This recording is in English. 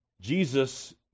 Jesus